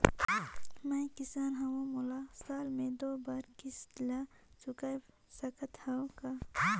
मैं किसान हव मोला साल मे दो बार किस्त ल चुकाय सकत हव का?